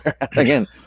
again